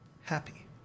happy